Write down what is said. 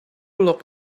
locked